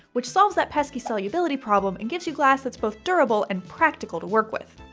which solves that pesky solubility problem and gives you glass that's both durable and practical to work with.